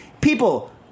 People